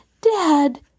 Dad